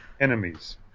enemies